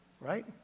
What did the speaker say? right